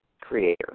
creator